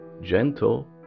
gentle